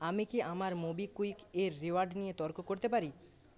আমি কি আমার মোবিকুইকের রিওয়ার্ড নিয়ে তর্ক করতে পারি